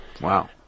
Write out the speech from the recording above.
Wow